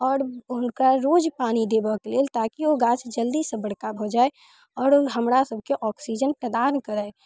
आओर हुनका रोज पानि देबऽके लेल ताकि ओ गाछ जल्दीसँ बड़का भऽ जाइ आओर ओ हमरा सबके ऑक्सिजन प्रदान करै